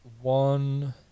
one